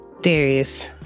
Darius